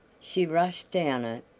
she rushed down it,